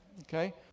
Okay